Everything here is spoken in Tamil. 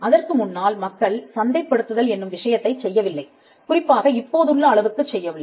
அதற்கு முன்னால் மக்கள் சந்தைப்படுத்துதல் என்னும் விஷயத்தைச் செய்யவில்லை குறிப்பாக இப்போதுள்ள அளவுக்கு செய்யவில்லை